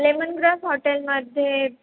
lemon grass हॉटेलमध्ये